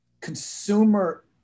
consumer